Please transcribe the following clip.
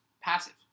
passive